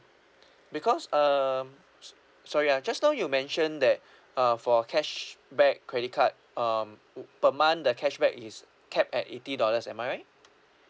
because um s~ sorry ah just now you mentioned that uh for cashback credit card um per month the cashback is capped at eighty dollars am I right